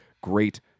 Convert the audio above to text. great